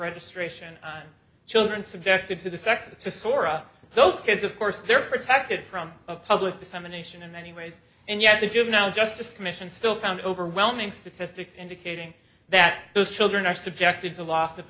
registration children subjected to the sex of the sorra those kids of course they're protected from public dissemination in many ways and yet the juvenile justice commission still found overwhelming statistics indicating that those children are subjected to loss of